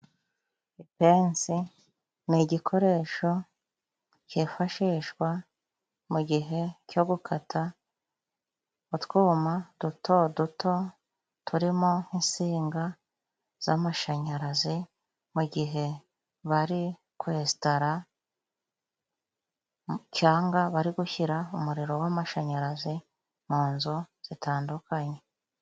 Ipensi ni igikoresho kifashishwa mugihe cyo gukata utwuma duto duto turimo nk insinga z'amashanyarazi mu gihe bari kwensitara, bari gushyira umuriro w'amashanyarazi mu nzu zitandukanye.